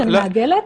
אני מעגלת.